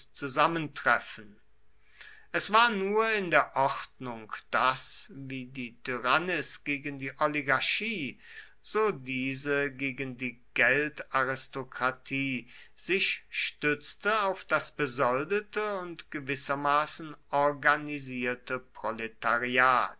zusammentreffen es war nur in der ordnung daß wie die tyrannis gegen die oligarchie so diese gegen die geldaristokratie sich stützte auf das besoldete und gewissermaßen organisierte